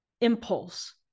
impulse